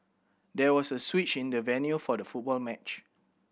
there was a switch in the venue for the football match